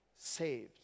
saved